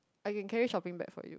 I can carry shopping bag for you